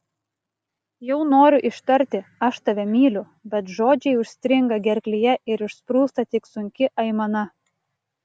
jau noriu ištarti aš tave myliu bet žodžiai užstringa gerklėje ir išsprūsta tik sunki aimana